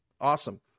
Awesome